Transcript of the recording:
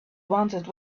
wanted